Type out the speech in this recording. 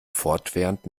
fortwährend